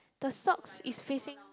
the socks is facing